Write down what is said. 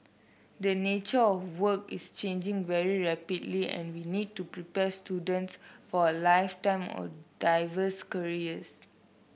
the nature of work is changing very rapidly and we need to prepare students for a lifetime of diverse careers